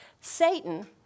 Satan